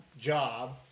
job